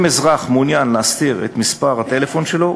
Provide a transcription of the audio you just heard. אם אזרח מעוניין להסתיר את מספר הטלפון שלו,